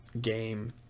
game